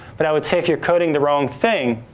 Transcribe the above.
but i would say if you're coding the wrong thing,